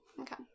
okay